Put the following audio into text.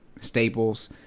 staples